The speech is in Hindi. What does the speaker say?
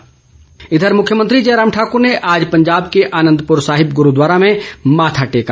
जयराम इधर मुख्यमंत्री जयराम ठाकुर ने आज पंजाब के आनंदपुर साहिब गुरूद्वारे में माथा टेका